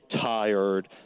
tired